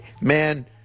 Man